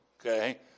Okay